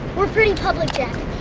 we're pretty public, jack.